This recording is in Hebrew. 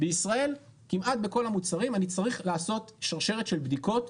בישראל כמעט בכל המוצרים אני צריך לעשות שרשרת של בדיקות,